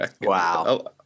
Wow